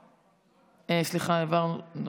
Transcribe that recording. סליחה, מחקתי,